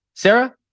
Sarah